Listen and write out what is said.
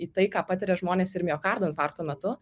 į tai ką patiria žmonės ir miokardo infarkto metu